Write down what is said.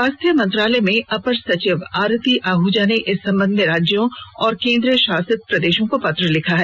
स्वास्थ्य मंत्रालय में अपर सचिव आरती आहूजा ने इस संबंध में राज्यों और केन्द्रशासित प्रदेशों को पत्र लिखा है